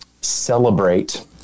celebrate